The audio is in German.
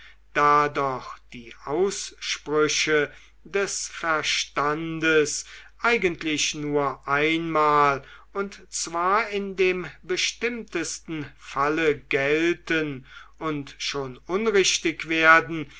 da doch die aussprüche des verstandes eigentlich nur einmal und zwar in dem bestimmtesten falle gelten und schon unrichtig werden